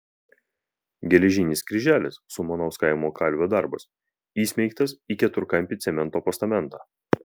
geležinis kryželis sumanaus kaimo kalvio darbas įsmeigtas į keturkampį cemento postamentą